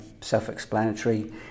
self-explanatory